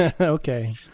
Okay